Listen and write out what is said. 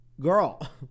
girl